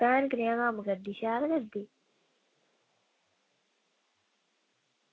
भैन कनेहा कम्म करदी शैल करदी